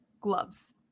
gloves